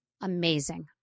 amazing